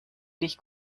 dich